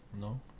No